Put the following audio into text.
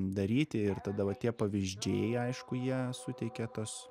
daryti ir tada va tie pavyzdžiai aišku jie suteikia tos